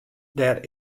dêr